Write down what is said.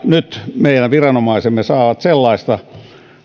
nyt meidän viranomaisemme saavat sellaista